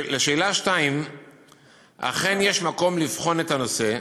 2. אכן, יש מקום לבחון את הנושא,